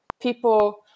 People